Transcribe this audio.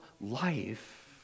life